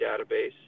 database